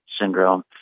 syndrome